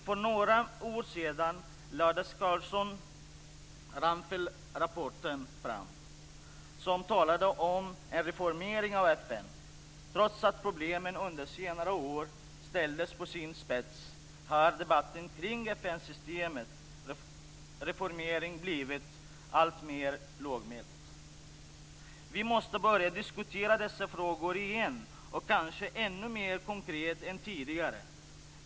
För några år sedan lades Carlsson-Ramphalrapporten fram, som talade om en reformering av FN. Trots att problemen under senare år ställdes på sin spets har debatten kring FN-systemets reformering blivit alltmer lågmäld. Vi måste börja diskutera dessa frågor igen, och kanske ännu mer konkret än tidigare.